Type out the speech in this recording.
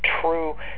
true